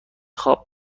خواب